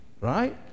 right